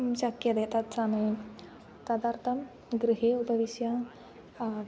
शक्यते तत्समये तदर्थं गृहे उपविश्य